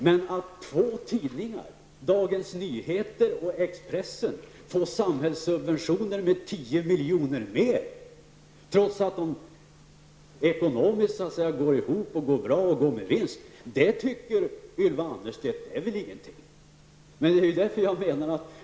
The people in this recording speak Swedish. Men att två tidningar, Dagens Nyheter och Expressen, får samhällssubventioner med 10 miljoner mer, trots att de ekonomiskt går bra och med vinst, det är väl ingenting, tycker Ylva Annerstedt.